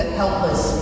helpless